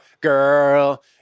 Girl